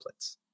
templates